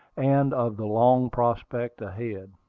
and of the long prospect ahead.